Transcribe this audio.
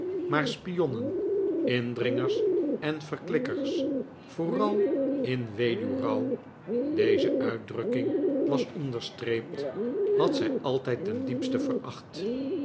maar spionnen indringers en verklikkers vooral in weduwrouw deze uitdrukking was onderstreept had zij altijd ten diepste veracht